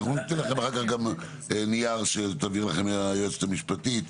אנחנו נעביר לכם נייר שתעביר לכם היועצת המשפטית,